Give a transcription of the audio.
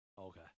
Okay